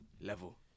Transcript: Level